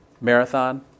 Marathon